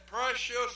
precious